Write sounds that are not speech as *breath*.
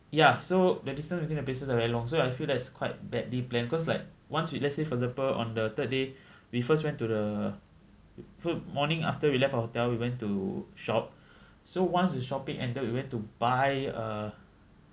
ya so the distance between the places are very long so I feel that it's quite badly planned cause like once we let's say for example on the third day *breath* we first went to the f~ morning after we left our hotel we went to shop *breath* so once the shopping ended we went to buy uh